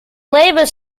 labor